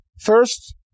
First